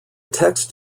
text